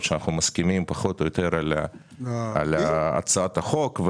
שאנחנו מסכימים פחות או יותר על הצעת החוק.